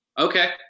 Okay